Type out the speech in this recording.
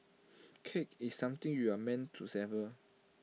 cake is something you are meant to savour